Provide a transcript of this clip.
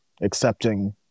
accepting